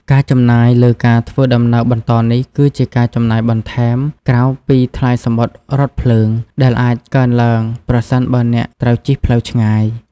ការចំណាយលើការធ្វើដំណើរបន្តនេះ គឺជាការចំណាយបន្ថែមក្រៅពីថ្លៃសំបុត្ររថភ្លើង ដែលអាចកើនឡើងប្រសិនបើអ្នកត្រូវជិះផ្លូវឆ្ងាយ។